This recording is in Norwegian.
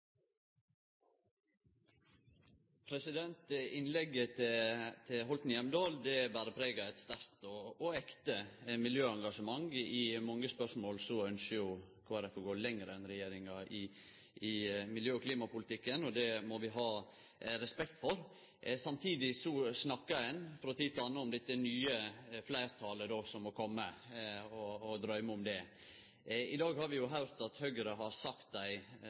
2005. Innlegget til representanten Hjemdal ber preg av eit sterkt og ekte miljøengasjement. I mange spørsmål ynskjer Kristeleg Folkeparti å gå lenger enn regjeringa i miljø- og klimapolitikken, og det må vi ha respekt for. Samtidig snakkar ein frå tid til anna om dette nye fleirtalet som må kome, og drøymer om det. I dag har vi høyrt at Høgre har sagt at dei